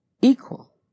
equal